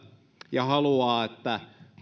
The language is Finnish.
ja haluaa että